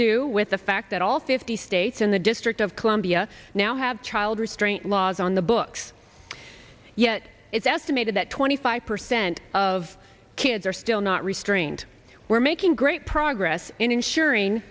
do with the fact that all fifty states in the district of columbia now have child restraint laws on the books yet it's estimated that twenty five percent of kids are still not restrained we're making great progress in ensuring